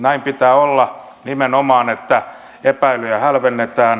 näin pitää olla nimenomaan että epäilyjä hälvennetään